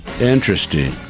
Interesting